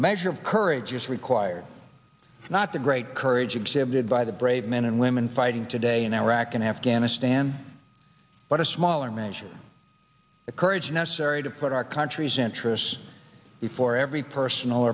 measure of courage is required not the great courage exhibited by the brave men and women fighting today in iraq and afghanistan but a smaller measure the courage necessary to put our country's interests before every personal